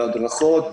בהדרכות,